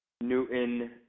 Newton